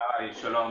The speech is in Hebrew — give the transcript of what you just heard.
שלום.